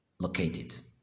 Located